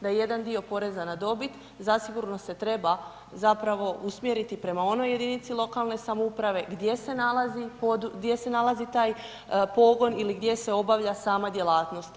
Da je jedan dio poreza na dobit, zasigurno se treba, zapravo usmjeriti prema onoj jedinice lokalne samouprave, gdje se nalazi taj pogon ili gdje se obavlja sama djelatnost.